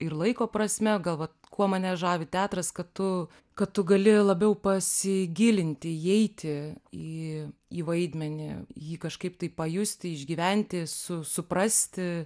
ir laiko prasme gal vat kuo mane žavi teatras kad tu kad tu gali labiau pasigilinti įeiti į į vaidmenį jį kažkaip tai pajusti išgyventi su suprasti